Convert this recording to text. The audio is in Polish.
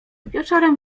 wieczorem